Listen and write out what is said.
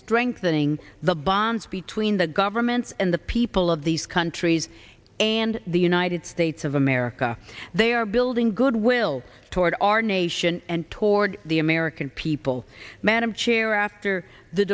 strengthening the bonds between the governments and the people of these countries and the united states of america they are building goodwill toward our nation and toward the american people madam chair after the